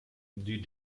die